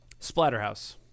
Splatterhouse